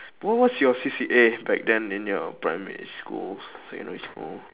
what what's your C_C_A back then in your primary school secondary school